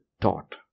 taught